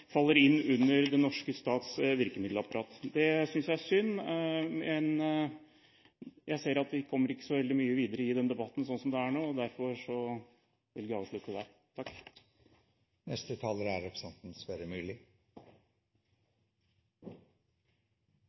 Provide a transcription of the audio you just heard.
faller inn under den norske stats virkemiddelapparat. Det synes jeg er synd. Men jeg ser at vi kommer ikke så veldig mye videre i denne debatten sånn som det er nå, derfor velger jeg å avslutte der. Jeg er ganske overrasket over den vendinga denne debatten har fått. Hva er